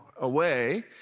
away